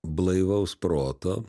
blaivaus proto